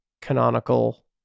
canonical